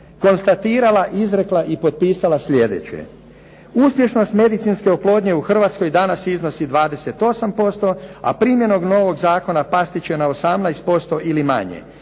konstatirala, izrekla i potpisala sljedeće: uspješnost medicinske oplodnje u Hrvatskoj danas iznosi 28%, a primjenom novog zakona pasti će na 18% ili manje.